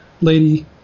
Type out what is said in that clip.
lady